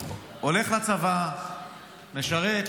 הולך לצבא, משרת.